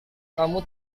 kamu